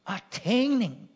Attaining